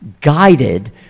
guided